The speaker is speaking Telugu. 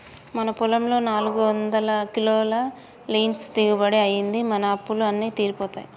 మన పొలంలో నాలుగొందల కిలోల లీన్స్ దిగుబడి అయ్యింది, మన అప్పులు అన్నీ తీరిపోతాయి